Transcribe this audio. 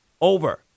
over